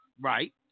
Right